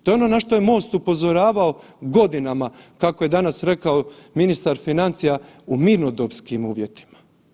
To je ono na što je MOST upozoravao godinama, kako je danas rekao ministar financija u mirnodopskim uvjetima.